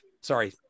Sorry